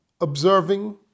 observing